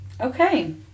Okay